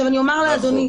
אני אומר לאדוני,